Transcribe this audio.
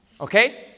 okay